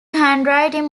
handwriting